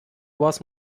was